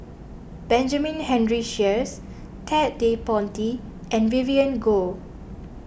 Benjamin Henry Sheares Ted De Ponti and Vivien Goh